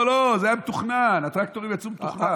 לא, לא, זה היה מתוכנן, הטרקטורים יצאו מתוכנן.